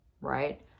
right